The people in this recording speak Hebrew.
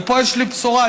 ופה יש לי בשורה,